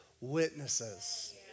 witnesses